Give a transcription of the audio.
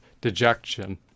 dejection